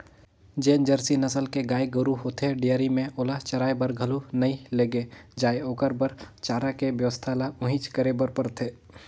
जेन जरसी नसल के गाय गोरु होथे डेयरी में ओला चराये बर घलो नइ लेगे जाय ओखर बर चारा के बेवस्था ल उहेंच करे बर परथे